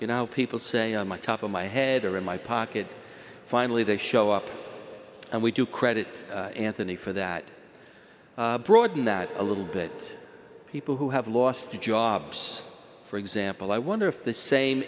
you know people say my top of my head or in my pocket finally they show up and we do credit anthony for that broaden that a little bit people who have lost their jobs for example i wonder if the same